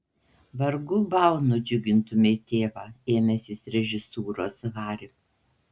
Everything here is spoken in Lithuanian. vargu bau nudžiugintumei tėvą ėmęsis režisūros hari